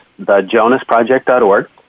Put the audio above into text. thejonasproject.org